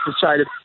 decided